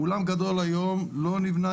אולם גדול היום לא נבנה,